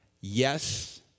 Yes